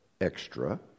extra